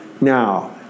now